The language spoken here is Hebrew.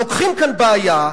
לוקחים כאן בעיה,